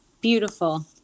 Beautiful